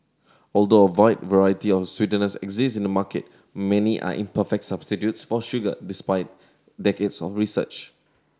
although a wide variety of sweeteners exist in the market many are imperfect substitutes for sugar despite decades of research